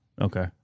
okay